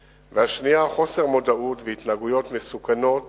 והשנייה, חוסר מודעות והתנהגויות מסוכנות